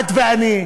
את ואני.